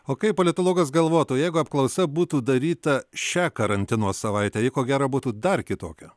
o kaip politologas galvotų jeigu apklausa būtų daryta šią karantino savaitę ji ko gero būtų dar kitokia